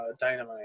Dynamite